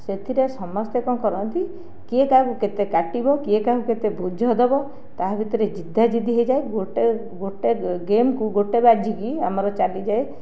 ସେଥିରେ ସମସ୍ତେ କଣ କରନ୍ତି କିଏ କାହାକୁ କେତେ କାଟିବ କିଏ କାହାକୁ କେତେ ବୋଝ ଦେବ ତାହା ଭିତରେ ଜିଦା ଜିଦି ହୋଇଯାଏ ଗୋଟିଏ ଗେମ୍କୁ ଗୋଟିଏ ବାଜିକି ଆମର ଚାଲିଯାଏ